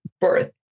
birth